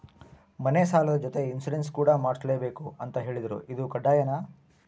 ಮನೆ ಸಾಲದ ಜೊತೆಗೆ ಇನ್ಸುರೆನ್ಸ್ ಕೂಡ ಮಾಡ್ಸಲೇಬೇಕು ಅಂತ ಹೇಳಿದ್ರು ಇದು ಕಡ್ಡಾಯನಾ?